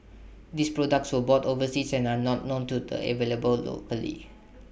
these products were bought overseas and are not known to the available locally